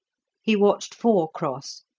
he watched four cross,